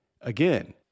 Again